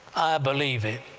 believe it,